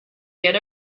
get